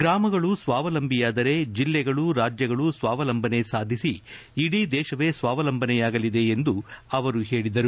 ಗ್ರಾಮಗಳು ಸ್ವಾವಲಂಬಿಯಾದರೆ ಜಿಲ್ಲೆಗಳು ರಾಜ್ಯಗಳು ಸ್ವಾವಲಂಬನೆ ಸಾಧಿಸಿ ಇಡೀ ದೇಶವೇ ಸ್ವಾವಲಂಬನೆಯಾಗಲಿದೆ ಎಂದು ಅವರು ಹೇಳಿದರು